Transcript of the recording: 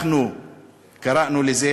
אנחנו קראנו לזה,